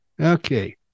Okay